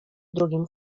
drugim